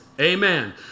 Amen